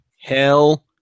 Hell